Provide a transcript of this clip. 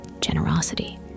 generosity